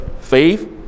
Faith